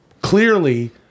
clearly